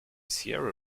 sierra